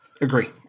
Agree